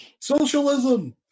Socialism